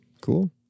Cool